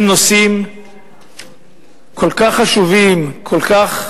הם נושאים כל כך חשובים, כל כך